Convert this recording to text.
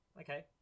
okay